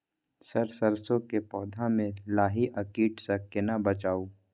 Sir सरसो के पौधा में लाही आ कीट स केना बचाऊ?